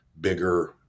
bigger